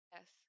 Yes